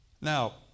Now